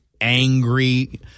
angry